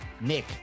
Nick